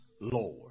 Lord